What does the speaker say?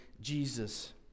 Jesus